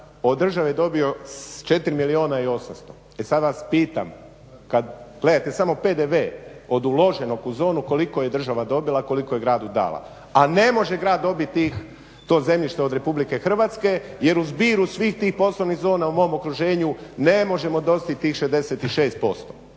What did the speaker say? od države je dobio 4 milijuna i 800. E sad vas pitam, kad gledate samo PDV od uloženog u zonu koliko je država dobila, a koliko je gradu dala. A ne može grad dobiti to zemljište od Republike Hrvatske jer u zbiru svih tih poslovnih zona u mom okruženju ne možemo dostići tih 66%.